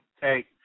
Hey